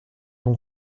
ont